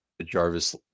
Jarvis